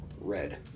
red